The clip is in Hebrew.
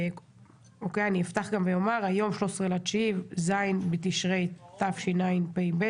אפתח ואומר, היום 13 בספטמבר, ז' בתשרי תשפ"ב.